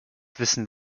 wissen